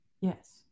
Yes